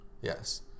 Yes